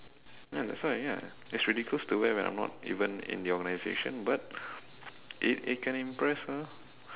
ya that's why ya it's ridiculous to wear when I'm not even in the organisation but it it can impress her